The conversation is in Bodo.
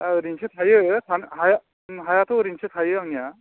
दा ओरैनोसो थायो था हाया हायाथ' ओरैनोसो थायो आंनिया